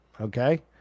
Okay